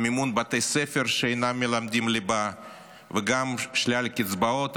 מימון בתי ספר שאינם מלמדים ליבה וגם שלל קצבאות,